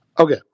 Okay